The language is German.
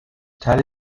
teile